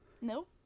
No